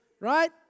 right